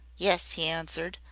yes, he answered,